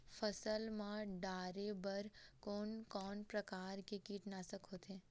फसल मा डारेबर कोन कौन प्रकार के कीटनाशक होथे?